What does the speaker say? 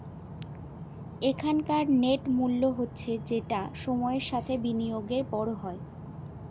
এখনকার নেট মূল্য হচ্ছে যেটা সময়ের সাথে বিনিয়োগে বড় হয়